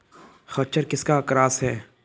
खच्चर किसका क्रास है?